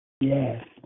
Yes